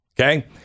Okay